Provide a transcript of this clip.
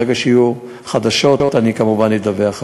ברגע שיהיו חדשות, אני כמובן אדווח עליהן.